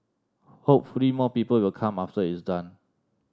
hopefully more people will come after it's done